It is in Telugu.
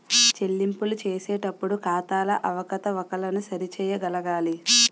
చెల్లింపులు చేసేటప్పుడు ఖాతాల అవకతవకలను సరి చేయగలగాలి